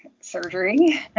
surgery